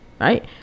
right